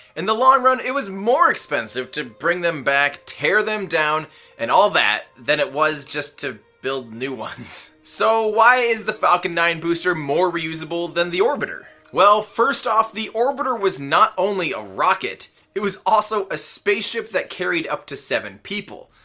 and the long run, it was more expensive to bring them back, tear them down and all that, than it was just to build new ones. so why is the falcon nine booster more reusable than the orbiter? well first off, the orbiter was not only a rocket, it was also a spaceship that carried up to seven people.